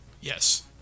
Yes